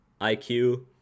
IQ